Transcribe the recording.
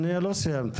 אני לא סיימתי.